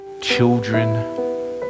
children